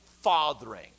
fathering